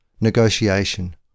negotiation